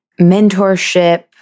Mentorship